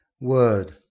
Word